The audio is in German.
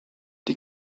die